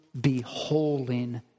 beholding